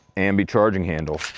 ambi charging handle.